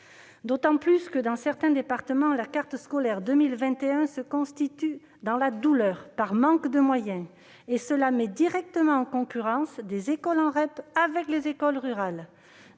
d'autant plus que, dans certains départements, la carte scolaire de 2021 se constitue dans la douleur, par manque de moyens, ce qui met directement en concurrence des écoles en REP avec des écoles rurales.